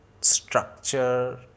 structure